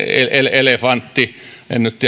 elefantti en nyt